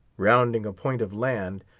sounding a point of land,